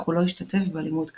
אך הוא לא השתתף בלימוד כלל.